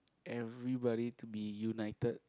everybody to be united